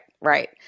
right